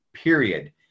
period